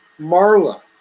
Marla